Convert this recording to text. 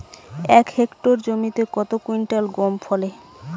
এক হেক্টর জমিতে কত কুইন্টাল গম ফলে?